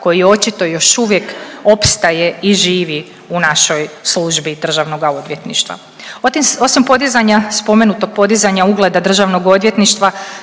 koji očito još uvijek opstaje i živi u našoj službi Državnoga odvjetništva. Osim podizanja, spomenutog podizanja ugleda Državnog odvjetništva